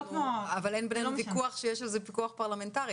אבל אין בינינו ויכוח שיש על זה פיקוח פרלמנטרי,